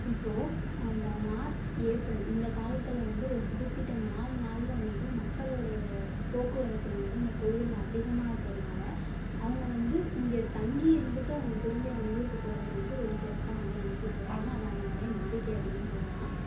இப்போ அந்த March April இந்த காலத்தில் வந்து ஒரு குறிப்பிட்ட நால் நாளில் வந்து மக்களுடைய போக்குவரத்து வந்து இந்த கோவிலில் அதிகமாக இருக்கிறதுனால் அவங்க வந்து இங்கே தங்கி இருந்துவிட்டு அவங்க திரும்பி அவங்க ஊருக்கு போகிறத வந்து ஒரு சிறப்பாக வந்து நினைச்சிட்டு இருக்காங்க அது அவங்களுடைய நம்பிக்கை அப்டினு சொல்லலாம்